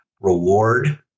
reward